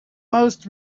most